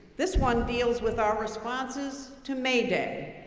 this one deals with our responses to may day,